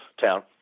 town